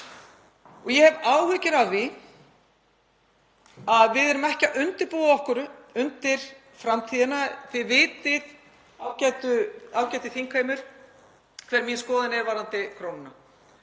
Ég hef áhyggjur af því að við erum ekki að undirbúa okkur undir framtíðina. Þið vitið, ágæti þingheimur, hver mín skoðun er varðandi krónuna